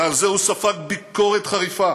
ועל זה הוא ספג ביקורת חריפה.